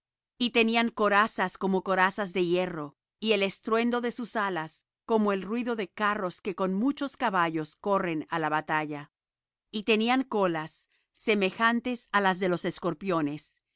y tenían corazas como corazas de hierro y el estruendo de sus alas como el ruido de carros que con muchos caballos corren á la batalla y tenían colas semejantes á las de los escorpiones